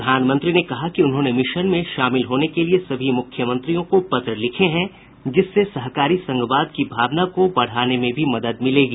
प्रधानमंत्री ने कहा कि उन्होंने मिशन में शामिल होने के लिये सभी मुख्यमंत्रियों को पत्र लिखे हैं जिससे सहकारी संघवाद की भावना को बढ़ाने में भी मदद मिलेगी